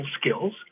skills